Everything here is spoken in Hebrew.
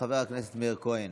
חבר הכנסת מאיר כהן,